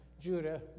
Judah